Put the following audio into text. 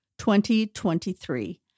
2023